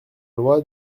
loi